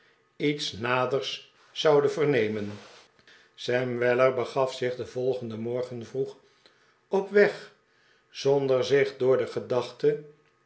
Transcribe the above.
iets naders zouden vernemen sam weller begaf zich den volgenden morgen vroeg op weg zonder zich door de gedachte